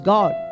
God